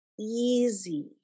easy